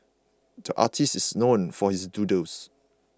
the artist is known for his doodles